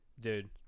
dude